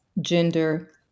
gender